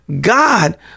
God